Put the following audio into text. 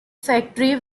factory